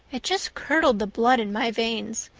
it just curdled the blood in my veins.